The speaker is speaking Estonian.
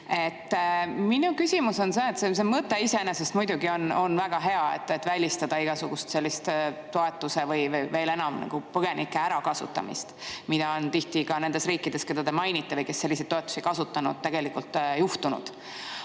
Minu küsimus on see. See mõte on iseenesest muidugi väga hea, et välistada igasugust toetuse või veel enam põgenike ärakasutamist, mida tihti ka nendes riikides, keda te mainisite või kes selliseid toetusi kasutavad, tegelikult on juhtunud.